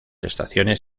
estaciones